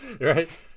Right